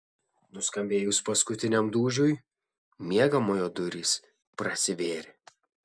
nuskambėjus paskutiniam dūžiui miegamojo durys prasivėrė